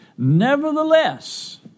Nevertheless